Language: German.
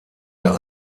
der